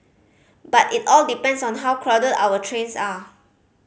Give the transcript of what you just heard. but it all depends on how crowded our trains are